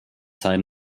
sein